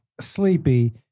sleepy